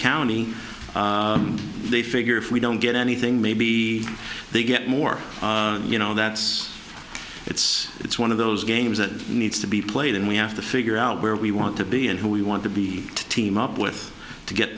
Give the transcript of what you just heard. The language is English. county and they figure if we don't get anything maybe they get more you know that it's it's one of those games that needs to be played and we have to figure out where we want to be and who we want to be to team up with to get